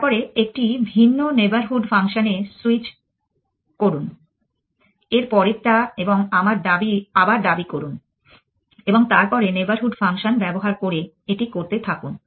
তারপরে একটি ভিন্ন নেইবরহুড ফাংশন এ সুইচ করুন এর পরেরটা এবং আবার দাবি করুন এবং তারপরে নেইবরহুড ফাংশন ব্যবহার করে এটি করতে থাকুন